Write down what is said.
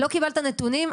לא קיבלת נתונים?